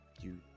You-